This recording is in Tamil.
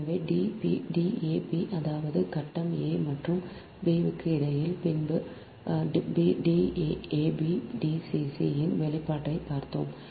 எனவே டி எ பி அதாவது கட்டம் a மற்றும் b க்கு இடையில் முன்பு D a b D c c யின் வெளிப்பாட்டையும் பார்த்தோம்